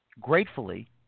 gratefully